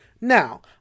Now